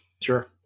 Sure